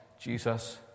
Jesus